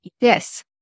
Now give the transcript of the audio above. yes